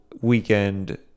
Weekend